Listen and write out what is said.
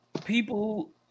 people